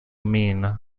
mean